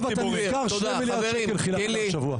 תמשיכו לזלזל באינטליגנציה של הציבור.